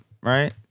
Right